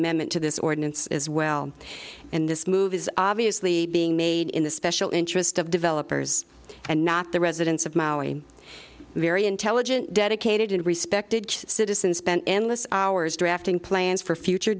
amendment to this ordinance as well in this move is obviously being made in the special interest of developers and not the residents of maui very intelligent dedicated and respected citizens spend endless hours drafting plans for future